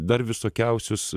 dar visokiausius